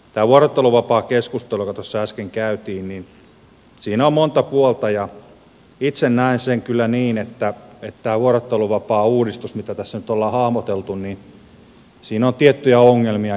tässä vuorotteluvapaakeskustelussa joka tuossa äsken käytiin on monta puolta ja itse näen sen kyllä niin että tässä vuorotteluvapaauudistuksessa mitä tässä nyt on hahmoteltu on tiettyjä ongelmia